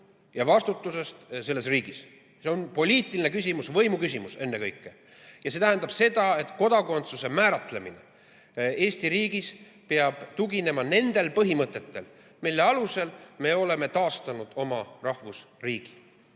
ja vastutusest selles riigis. See on poliitiline küsimus, võimu küsimus ennekõike, ja see tähendab seda, et kodakondsuse määratlemine Eesti riigis peab tuginema nendele põhimõtetele, mille alusel me oleme taastanud oma rahvusriigi.